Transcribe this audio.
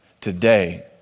today